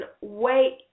wait